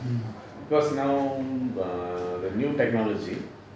because now err the new technology